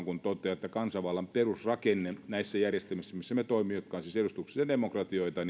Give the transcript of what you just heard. kun totean että kansanvallan perusrakenne näissä järjestelmissä missä me toimimme jotka ovat siis edustuksellisia demokratioita